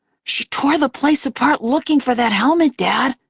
she tore the place apart looking for that helmet, dad,